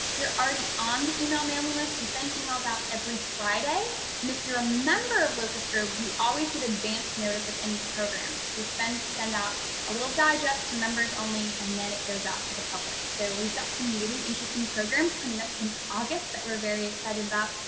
if you're already on the email mailing list, we send emails out every friday and if you're a member of locust grove, you always get advanced notice of any we spend send out a little digest to members only and then it goes out to the public, so we've got some really interesting programs coming up in august that we're very excited about.